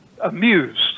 amused